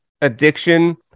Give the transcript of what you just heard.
addiction